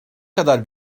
kadar